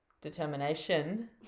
determination